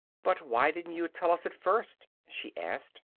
but why didn't you tell us at first? she asked.